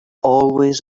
always